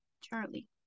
Charlie